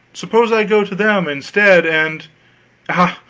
suppose i go to them instead, and ah,